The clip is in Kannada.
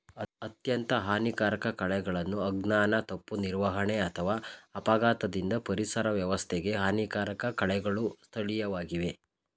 ಅತ್ಯಂತ ಹಾನಿಕಾರಕ ಕಳೆಗಳನ್ನು ಅಜ್ಞಾನ ತಪ್ಪು ನಿರ್ವಹಣೆ ಅಥವಾ ಅಪಘಾತದಿಂದ ಪರಿಸರ ವ್ಯವಸ್ಥೆಗೆ ಹಾನಿಕಾರಕ ಕಳೆಗಳು ಸ್ಥಳೀಯವಾಗಿವೆ